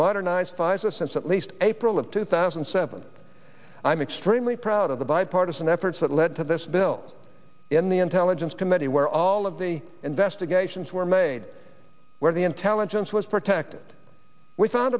since at least april of two thousand and seven i'm extremely proud of the bipartisan efforts that led to this bill in the intelligence committee where all of the investigations were made where the intelligence was protected we found